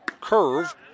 Curve